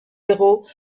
héros